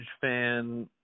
fan